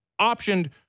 optioned